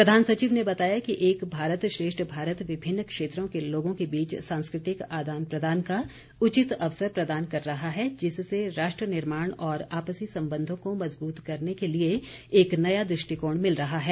प्रधान सचिव ने बताया कि एक भारत श्रेष्ठ भारत विभिन्न क्षेत्रों के लोगों के बीच सांस्कृतिक आदान प्रदान का उचित अवसर प्रदान कर रहा है जिससे राष्ट्र निर्माण और आपसी संबंधों को मज़बूत करने के लिए एक नया दृष्टिकोण मिल रहा है